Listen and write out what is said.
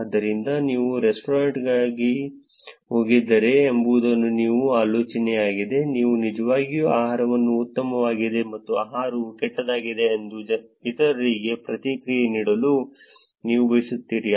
ಆದ್ದರಿಂದ ನೀವು ರೆಸ್ಟಾರೆಂಟ್ಗೆ ಹೋಗಿದ್ದೀರಿ ಎಂಬುದು ನಿಮ್ಮ ಆಲೋಚನೆಯಾಗಿದೆ ನೀವು ನಿಜವಾಗಿಯೂ ಆಹಾರವು ಉತ್ತಮವಾಗಿದೆ ಅಥವಾ ಆಹಾರವು ಕೆಟ್ಟದಾಗಿದೆ ಎಂದು ಇತರರಿಗೆ ಪ್ರತಿಕ್ರಿಯೆ ನೀಡಲು ನೀವು ಬಯಸುತ್ತೀರಿ